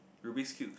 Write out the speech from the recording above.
rubiks cubes